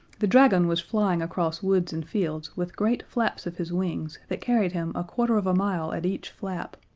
the dragon was flying across woods and fields with great flaps of his wings that carried him a quarter of a mile at each flap.